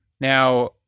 Now